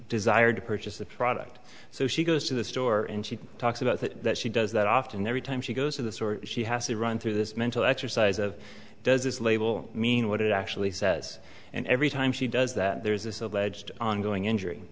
desired to purchase the product so she goes to the store and she talks about that she does that often every time she goes to the store she has to run through this mental exercise of does this label mean what it actually says and every time she does that there is this alleged ongoing injury